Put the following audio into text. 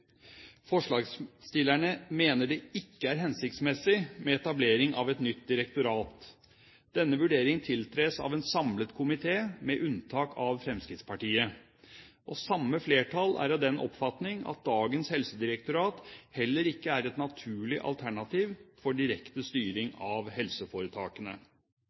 Forslagsstillerne mener det ikke er hensiktsmessig med etablering av et nytt direktorat. Denne vurdering tiltres av en samlet komité, med unntak av Fremskrittspartiet, og samme flertall er av den oppfatning at dagens helsedirektorat heller ikke er et naturlig alternativ for direkte styring av helseforetakene.